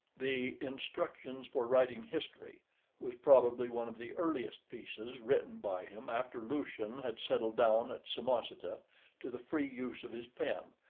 the instructions for writing history was probably one of the earliest pieces written by him after lucian had settled down at samosata to the free use of his pen,